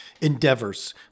Endeavors